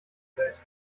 welt